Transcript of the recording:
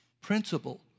principle